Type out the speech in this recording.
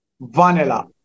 vanilla